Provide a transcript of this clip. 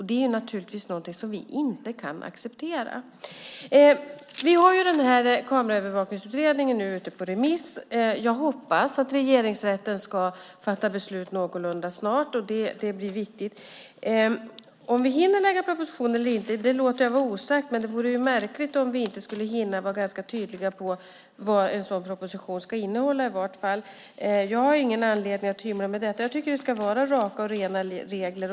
Det är någonting som vi inte kan acceptera. Kameraövervakningsutredningen är nu ute på remiss. Jag hoppas att Regeringsrätten ska fatta beslut någorlunda snart. Det är viktigt. Om vi hinner lägga fram en proposition eller inte låter jag vara osagt. Men det vore märkligt om vi inte skulle hinna vara ganska tydliga med vad en sådan proposition ska innehålla. Jag har ingen anledning att hymla om detta. Jag tycker att det ska vara raka och rena regler.